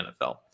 NFL